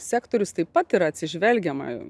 sektorius taip pat yra atsižvelgiama